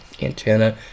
antenna